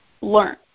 learn